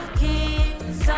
kings